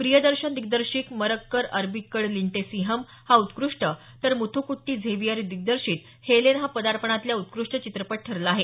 प्रियदर्शन दिग्दर्शित मरक्कर अरबिक्वड लिंटे सिंहम हा उत्कृष्ट तर मुथुकुट्टी झेविअर दिग्दर्शित हेलेन हा पदार्पणातल्या उत्कृष्ट चित्रपट ठरला आहे